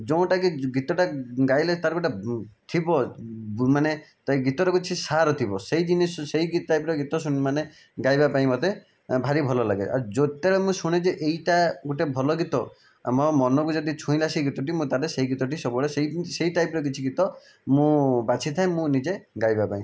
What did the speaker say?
ଯୋଉଁଟାକି ଗୀତଟାକୁ ଗାଇଲେ ତାର ଗୋଟିଏ ଥିବ ମାନେ ତା ଗୀତର କିଛି ସାର ଥିବ ସେହି ଜିନିଷ ସେହି ଟାଇପର ଗୀତମାନେ ଗାଇବା ପାଇଁ ମୋତେ ଭାରି ଭଲ ଲାଗେ ଆଉ ଯେତେବେଳେ ମୁଁ ଶୁଣେ ଯେ ଏଇଟା ଗୋଟିଏ ଭଲ ଗୀତ ଆଉ ମୋ ମନକୁ ଯଦି ଛୁଇଁଲା ସେହି ଗୀତଟି ମୁଁ ତାହେଲେ ସେହି ଗୀତଟି ସବୁବେଳେ ସେସେଇ ଟାଇପର କିଛି ଗୀତ ମୁଁ ବାଛିଥାଏ ମୁଁ ନିଜେ ଗାଇବା ପାଇଁ